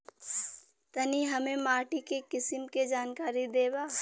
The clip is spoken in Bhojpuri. तनि हमें माटी के किसीम के जानकारी देबा?